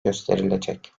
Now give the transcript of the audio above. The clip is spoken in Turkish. gösterilecek